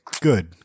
good